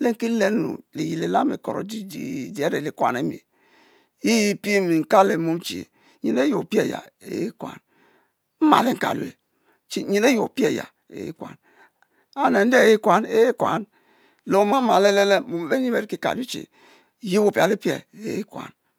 lekikeuu liyel elami lsoro didide a’re li kuan emi, yi epie mi nka lo mom che nyen ayi we ofie aya ekuan, nmal nkalue che nyen ayi ofie aya ekuan, and eude ekuan, ekuan, le oma ma le le le le le nyi be ri ki kalue che nyen ayi we apia le pie aye ekuan